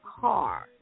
car